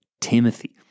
Timothy